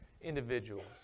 individuals